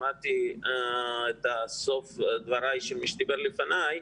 שמעתי את סוף דבריו של מי שדיבר לפניי.